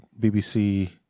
BBC